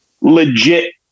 legit